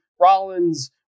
Rollins